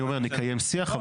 אני אומר שנקיים שיח,